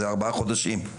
זה ארבעה חודשים.